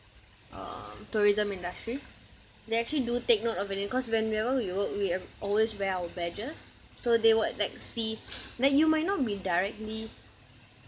um tourism industry they actually do take note of it cause whenever we work we have always wear our badges so they would like see like you might not be directly